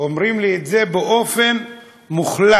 אומרים לי את זה באופן מוחלט.